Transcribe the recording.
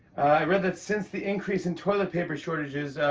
i read that since the increase in toilet-paper shortages,